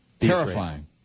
Terrifying